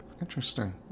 interesting